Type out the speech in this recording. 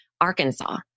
Arkansas